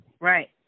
Right